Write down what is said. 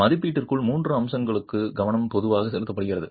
மதிப்பீட்டிற்குள் 3 அம்சங்களுக்கு கவனம் பொதுவாக செலுத்தப்படுகிறது